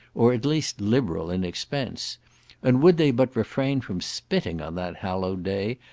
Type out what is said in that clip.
or at least liberal in expense and would they but refrain from spitting on that hallowed day,